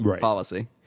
policy